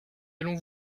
allons